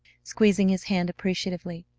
squeezing his hand appreciatively.